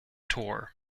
tour